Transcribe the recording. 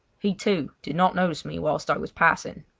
he, too, did not notice me whilst i was passing.